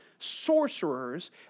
sorcerers